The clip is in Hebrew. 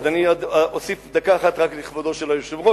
אז אני אוסיף דקה אחת רק לכבודו של היושב-ראש.